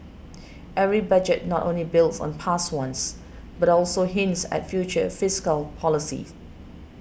every Budget not only builds on past ones but also hints at future fiscal policy